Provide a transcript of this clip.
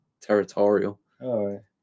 territorial